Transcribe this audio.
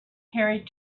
carried